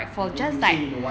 ya then you say you don't want